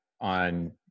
on